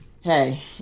hey